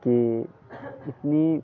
की इतनी